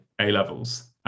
A-levels